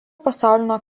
pasaulinio